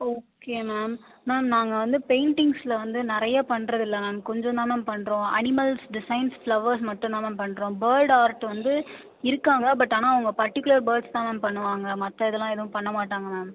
okay ma'am ma'am நாங்கள் வந்து பெயிண்ட்டிங்ஸில் வந்து நிறைய பண்ணுறதில்ல மேம் கொஞ்சம் தான் மேம் பண்ணுறோம் அனிமல்ஸ் டிசைன்ஸ் ஃப்ளவர்ஸ் மட்டும் தான் மேம் பண்ணுறோம் பேர்ட் ஆர்ட் வந்து இருக்காங்க பட் ஆனால் அவங்க பர்ட்டிகுலர் பேர்ட்ஸ் தான் மேம் பண்ணுவாங்க மற்ற இதெல்லாம் எதுவும் பண்ண மாட்டாங்க மேம்